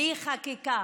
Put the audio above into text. בלי חקיקה,